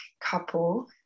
couple